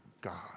God